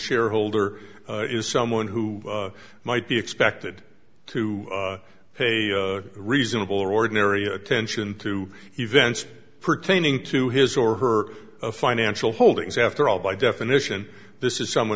shareholder is someone who might be expected to pay a reasonable or ordinary attention to events pertaining to his or her financial holdings after all by definition this is someone